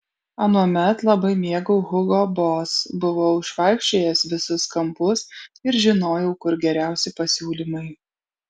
anuomet labai mėgau hugo boss buvau išvaikščiojęs visus kampus ir žinojau kur geriausi pasiūlymai